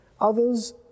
others